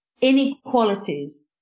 inequalities